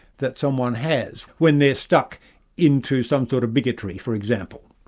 that someone has, when they're stuck into some sort of bigotry for example.